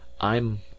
I'm